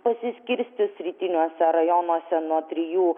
pasiskirstys rytiniuose rajonuose nuo trijų